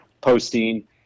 posting